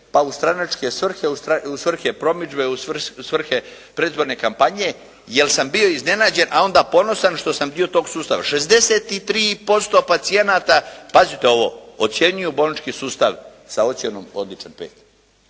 pa u stranačke svrhe, u svrhe promidžbe, u svrhe predizborne kampanje, jer sam bio iznenađen, a onda ponosan što sam dio tog sustava. 63% pacijenata pazite ovo ocjenjuju bolnički sustav sa ocjenom odličan pet.